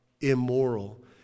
immoral